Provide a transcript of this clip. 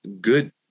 good